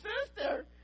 sister